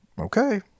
Okay